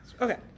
Okay